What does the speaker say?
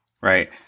right